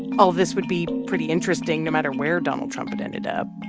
all of this would be pretty interesting no matter where donald trump had ended up,